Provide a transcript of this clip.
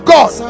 God